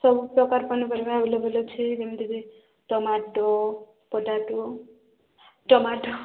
ସବୁ ପ୍ରକାର ପନିପରିବା ଏଭେଲେବୁଲ୍ ଅଛି ଯେମିତିକି ଟାମାଟୋ ପଟାଟୋ ଟମାଟୋ